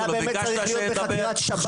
ביקשת שהוא ידבר,